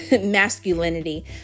masculinity